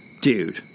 Dude